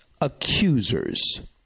accusers